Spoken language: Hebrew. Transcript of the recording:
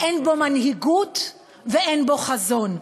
אין בו מנהיגות ואין בו חזון.